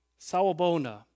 Sawabona